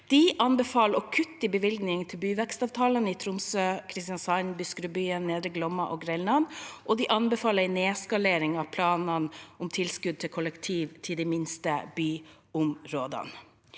De anbefaler å kutte i bevilgningene til byvekstavtalene i Tromsø, Kristiansand, Buskerudbyen, Nedre Glomma og Grenland, og de anbefaler en nedskalering av planene om tilskudd til kollektiv til de minste byområdene.